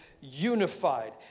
unified